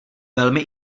velmi